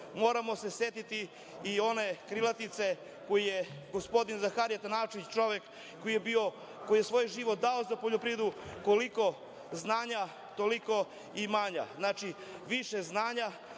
se setiti i one krilatice gospodina Zaharija Trnavčevića, čoveka koji je svoj život dao za poljoprivredu – koliko znanja, toliko imanja. Znači, više znanja